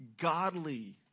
godly